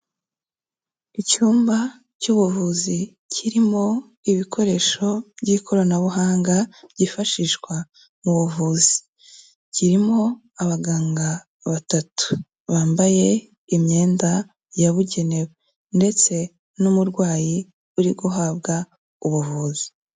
Icyumba cy'ubuvuzi kirimo ibikoresho by'ikoranabuhanga byifashishwa mu buvuzi, kirimo abaganga batatu bambaye imyenda yabugenewe ndetse n'umurwayi uri guhabwa ubuvuzi.